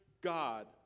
God